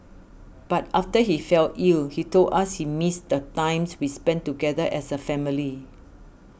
but after he fell ill he told us he missed the times we spent together as a family